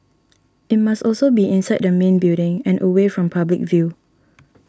it must also be inside the main building and away from public view